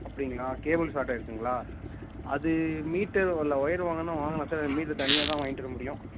அப்படிங்களா cable short ஆயிடுச்சிங்களா அது மீட்டர் உள்ள ஒயரு வாங்கணுன்னா வாங்கலாம் சார் அது மீட்டர் தனியாக தான் வாங்கிகிட்டு வரமுடியும்